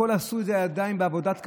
הכול עשו בעבודת כפיים,